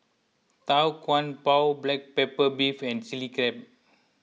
Tau Kwa Pau Black Pepper Beef and Chili Crab